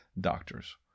doctors